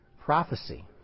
prophecy